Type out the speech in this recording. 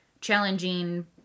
challenging